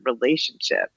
relationship